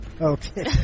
Okay